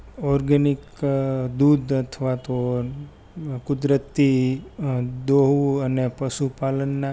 organic દૂધ અથવા તો કુદરતી દોવું અને પશુપાલનના